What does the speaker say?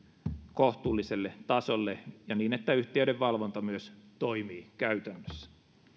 kohtuulliselle tasolle ja niin että yhtiöiden valvonta toimii myös käytännössä